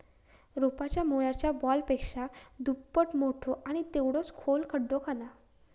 रोपाच्या मुळाच्या बॉलपेक्षा दुप्पट मोठो आणि तेवढोच खोल खड्डो खणा